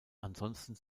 ansonsten